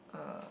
uh